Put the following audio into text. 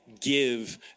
give